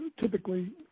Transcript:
typically